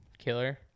killer